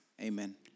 Amen